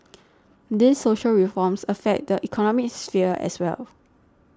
these social reforms affect the economic sphere as well